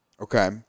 Okay